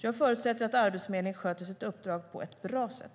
Jag förutsätter att Arbetsförmedlingen sköter sitt uppdrag på ett bra sätt.